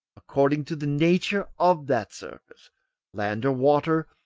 according to the nature of that surface land or water,